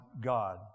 God